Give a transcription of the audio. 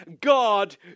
God